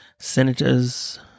senators